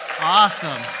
Awesome